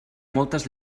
moltes